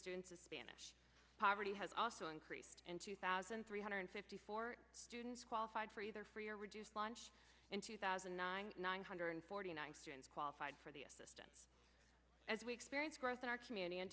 students is spanish poverty has also increased in two thousand three hundred fifty four students qualified for either free or reduced lunch in two thousand and nine nine hundred forty nine students qualified for the system as we experience growth in our community and